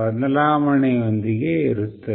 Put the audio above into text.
ಬದಲಾವಣೆಯೊಂದಿಗೆ ಇರುತ್ತದೆ